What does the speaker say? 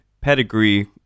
pedigree